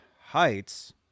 heights